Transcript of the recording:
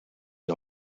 die